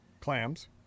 Clams